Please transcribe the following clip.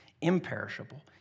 imperishable